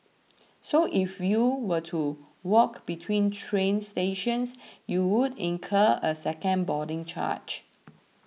so if you were to walk between train stations you would incur a second boarding charge